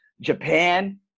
Japan